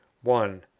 one.